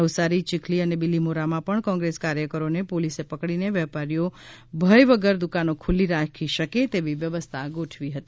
નવસારી ચિખલી અને બીલીમોરામાં પણ કોંગ્રેસ કાર્યકરોને પોલીસે પકડીને વેપારીઓ ભય વગર દુકાનો ખુલ્લી રાખી શકે તેવી વ્યવસ્થા ગોઠવી હતી